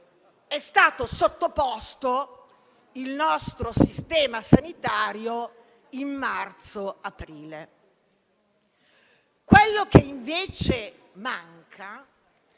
è stato sottoposto il nostro sistema sanitario in marzo-aprile. Quello che invece manca